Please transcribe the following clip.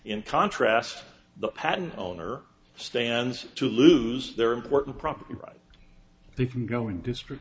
in contrast the patent owner stands to lose their important property rights they've been going district